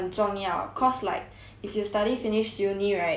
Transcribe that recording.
if you study finish uni right 你的 pay 会比较多 lah